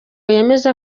yemeza